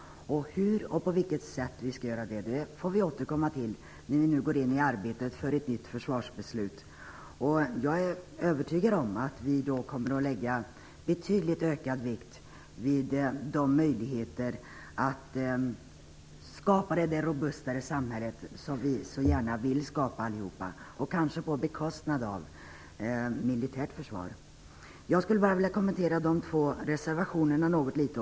Frågan om på vilket sätt vi skall göra det får vi återkomma till när vi går in i arbetet på ett nytt försvarsbeslut. Jag är övertygad om att vi då kommer att lägga betydligt ökad vikt vid möjligheterna att skapa det robustare samhälle som vi alla så gärna vill skapa - kanske på bekostnad av det militära försvaret. Sedan skulle jag något vilja kommentera de två reservationerna. Herr talman!